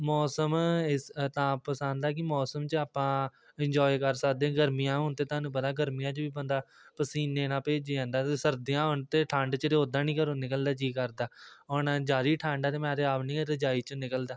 ਮੌਸਮ ਇਸ ਤਾਂ ਪਸੰਦ ਆ ਕਿ ਮੌਸਮ 'ਚ ਆਪਾਂ ਇੰਜੋਏ ਕਰ ਸਕਦੇ ਹਾਂ ਗਰਮੀਆਂ ਹੋਣ 'ਤੇ ਤੁਹਾਨੂੰ ਪਤਾ ਗਰਮੀਆਂ 'ਚ ਵੀ ਬੰਦਾ ਪਸੀਨੇ ਨਾਲ ਭਿੱਜ ਜਾਂਦਾ ਅਤੇ ਸਰਦੀਆਂ ਹੋਣ 'ਤੇ ਠੰਡ 'ਚ ਉੱਦਾਂ ਨਹੀਂ ਘਰੋਂ ਨਿਕਲਣ ਦਾ ਜੀਅ ਕਰਦਾ ਹੁਣ ਜ਼ਿਆਦਾ ਠੰਡ ਆ ਅਤੇ ਮੈਂ ਤਾਂ ਆਪ ਨਹੀਂ ਰਜਾਈ 'ਚੋ ਨਿਕਲਦਾ